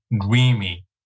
dreamy